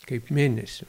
kaip mėnesių